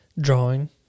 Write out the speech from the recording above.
Drawing